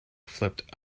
flipped